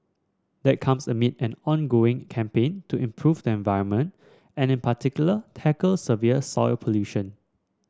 that comes amid and ongoing campaign to improve the environment and in particular tackle severe soil pollution